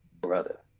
brother